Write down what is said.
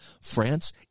France